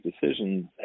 decisions